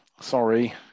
sorry